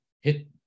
hit